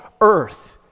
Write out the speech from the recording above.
earth